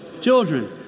Children